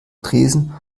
tresen